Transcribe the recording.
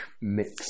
mix